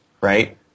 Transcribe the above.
Right